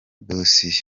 dosiye